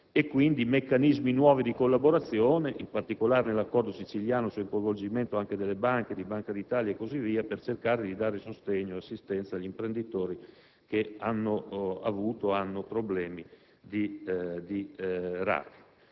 di meccanismi di collaborazione nuovi. In particolare, nell'accordo siciliano c'è il coinvolgimento delle banche, di Banca d'Italia e così via, per cercare di dare sostegno ed assistenza agli imprenditori che hanno avuto ed hanno problemi di racket.